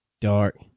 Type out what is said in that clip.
dark